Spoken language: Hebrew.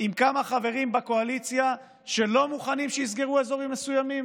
עם כמה חברים בקואליציה שלא מוכנים שיסגרו אזורים מסוימים.